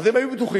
אז הם היו בטוחים.